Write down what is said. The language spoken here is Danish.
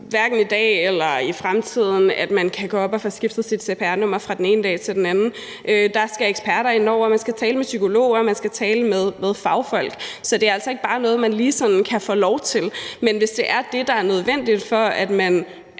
hverken i dag eller i fremtiden kan gå op og få skiftet sit cpr-nummer fra den ene dag til den anden. Der skal eksperter ind over. Man skal tale med psykologer, man skal tale med fagfolk. Så det er altså ikke noget, man bare lige sådan kan få lov til. Men hvis det er det, der er nødvendigt, for at man